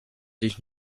dich